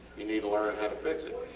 you need to learn how to fix it.